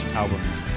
albums